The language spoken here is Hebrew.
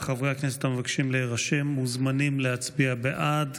חברי הכנסת מיכאל מרדכי ביטון,